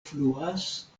fluas